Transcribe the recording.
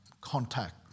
contact